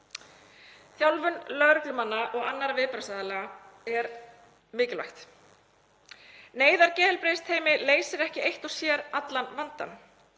Þjálfun lögreglumanna og annarra viðbragðsaðila er mikilvæg. Neyðargeðheilbrigðisteymi leysir ekki eitt og sér allan vandann.